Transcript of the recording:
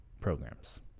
programs